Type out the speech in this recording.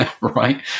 right